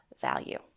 value